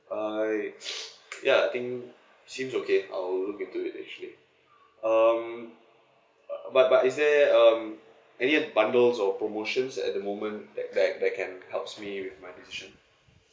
I ya I think seems okay I'll look into it actually um uh but but is there um any bundles or promotions at the moment that that that can helps me with my decision